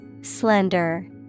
slender